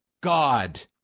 god